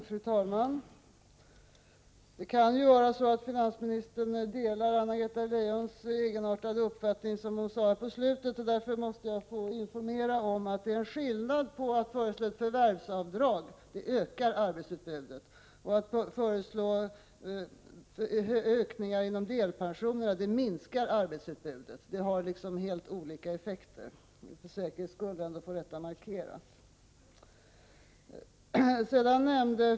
Fru talman! Det kan ju vara så att finansministern delar Anna-Greta Leijons egenartade uppfattning, som hon gav uttryck för på slutet. Därför måste jag be att få informera om att det är en skillnad mellan att föreslå ett förvärvsavdrag, som ökar arbetsutbudet, och att föreslå ökningar inom delpensionen, vilket minskar arbetsutbudet. Det blir helt olika effekter. För säkerhets skull vill jag få detta markerat.